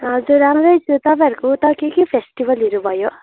हजुर राम्रै छु तपाईँहरूको उता चाहिँ के फेस्टिभलहरू भयो